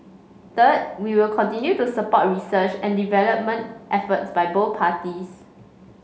third we will continue to support research and development efforts by both parties